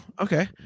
okay